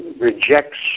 rejects